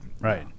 Right